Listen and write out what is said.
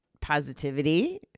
positivity